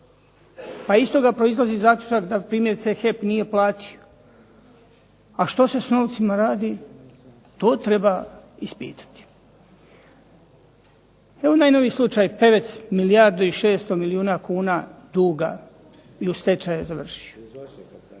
Pa iz toga proizlazi zaključak da primjerice HEP nije platio. A što se s novcima radi, to treba ispitati. Evo najnoviji slučaj "Pevec", milijardu i 600 milijuna kuna duga i u stečaju je završio.